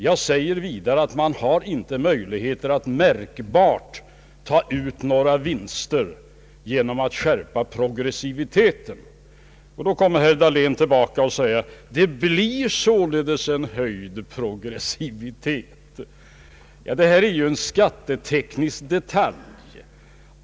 Jag sade vidare att man inte har möjligheter att märkbart ta ut några vinster genom att skärpa progressiviteten. Nu kommer herr Dahlén tillbaka och säger att ”det blir således en höjd progressivitet”. Men detta är ju en skatteteknisk detalj.